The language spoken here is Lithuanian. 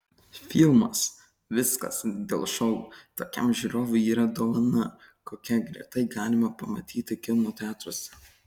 filmas viskas dėl šou tokiam žiūrovui yra dovana kokią retai galima pamatyti kino teatruose